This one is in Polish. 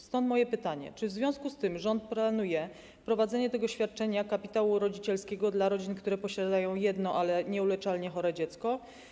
Stąd moje pytanie: Czy w związku z tym rząd planuje wprowadzenie świadczenia kapitału rodzicielskiego dla rodzin, które posiadają jedno, ale nieuleczalnie chore dziecko?